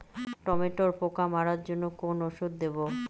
টমেটোর পোকা মারার জন্য কোন ওষুধ দেব?